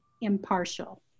impartial